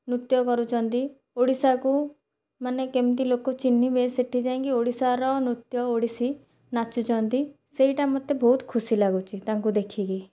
ନୃତ୍ୟ କରୁଛନ୍ତି ଓଡ଼ିଶାକୁ ମାନେ କେମିତି ଲୋକ ଚିହ୍ନିବେ ସେଠି ଯାଇକି ଓଡ଼ିଶାର ନୃତ୍ୟ ଓଡ଼ିଶୀ ନାଚୁଛନ୍ତି ସେଇଟା ମୋତେ ବହୁତ ଖୁସି ଲାଗୁଛି ତାଙ୍କୁ ଦେଖିକି